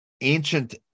ancient